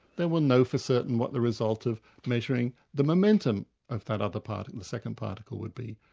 then we'll know for certain what the result of measuring the momentum of that other particle, the second particle, would be,